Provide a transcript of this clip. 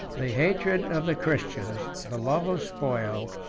the hatred of the christians, the love of spoil,